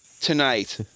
tonight